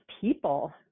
people